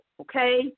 okay